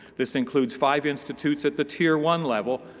this includes five institutes at the tier one level,